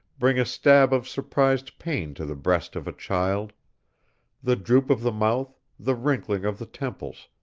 bring a stab of surprised pain to the breast of a child the droop of the mouth, the wrinkling of the temples,